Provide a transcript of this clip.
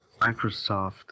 Microsoft